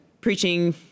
preaching